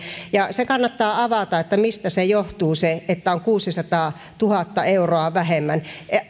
ja kannattaa avata mistä johtuu se että on kuusisataatuhatta euroa vähemmän